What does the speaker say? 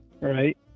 right